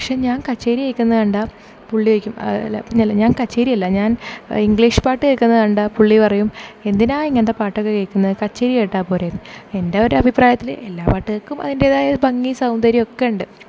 പക്ഷേ ഞാൻ കച്ചേരി ഒക്കെ കേൾക്കുന്ന കണ്ട പുള്ളി ചോദിക്കും അല്ല അല്ല ഞാൻ കച്ചേരി അല്ല ഞാൻ ഇംഗ്ലീഷ് പാട്ട് കേൾക്കുന്ന കണ്ട പുള്ളി പറയും എന്തിനാ ഇങ്ങനത്തെ പാട്ടൊക്കെ കേൾക്കുന്നത് കച്ചേരി കേട്ടാൽ പോരെയെന്നു ഒരു അഭിപ്രായത്തിൽ എല്ലാ പാട്ടുകൾക്കും അതിൻ്റേതായ ഭംഗിയും സൗന്ദര്യവും ഒക്കെ ഉണ്ട്